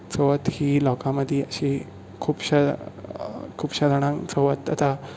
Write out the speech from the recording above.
चवथ ही लोकां मदीं अशी खुबशा खुबशा जाणाक चवथ आतां